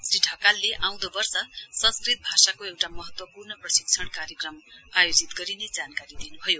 श्री ढकालले आउँदो वर्ष संस्कृत भाषाको एउटा महत्वपूर्ण प्रशिक्षण कार्यक्रम आयोजित गरिने जानकारी दिनुभयो